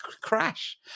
crash